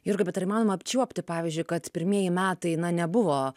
jurga bet ar įmanoma apčiuopti pavyzdžiui kad pirmieji metai na nebuvo